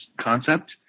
concept